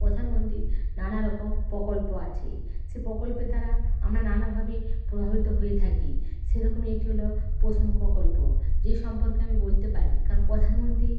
প্রধানমন্ত্রীর নানারকম প্রকল্প আছে সে প্রকল্পের দ্বারা আমরা নানাভাবে প্রভাবিত হয়ে থাকি সেরকমই একটি হলো পোষণ প্রকল্প যেই সম্পর্কে আমি বলতে পারি কারণ প্রধানমন্ত্রী